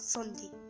Sunday